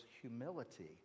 humility